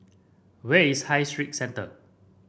where is High Street Centre